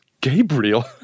Gabriel